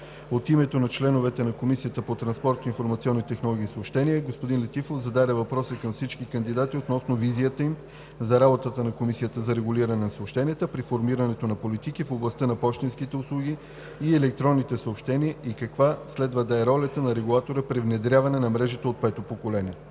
От името на членовете на Комисията по транспорт, информационни технологии и съобщения господин Летифов зададе въпрос към всички кандидати относно визията им за работата на Комисията за регулиране на съобщенията при формирането на политиката в областта на пощенските услуги и електронните съобщения и каква следва да е ролята на регулатора при внедряване на мрежите от пето поколение.